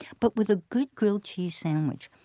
but with a good grilled cheese sandwich,